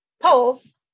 polls